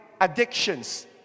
addictions